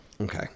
Okay